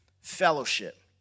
fellowship